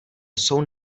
jsou